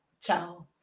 ciao